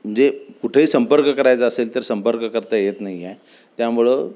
म्हणजे कुठेही संपर्क करायचा असेल तर संपर्क करता येत नाही आहे त्यामुळं